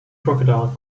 crocodile